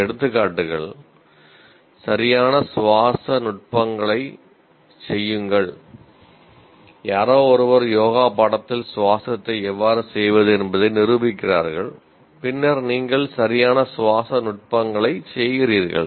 சில எடுத்துக்காட்டுகள் சரியான சுவாச நுட்பங்களைச் செய்யுங்கள் யாரோ ஒருவர் யோகா பாடத்தில் சுவாசத்தை எவ்வாறு செய்வது என்பதை நிரூபிக்கிறார்கள் பின்னர் நீங்கள் சரியான சுவாச நுட்பங்களைச் செய்கிறீர்கள்